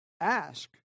ask